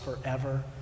forever